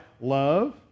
Love